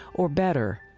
or better,